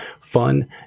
fun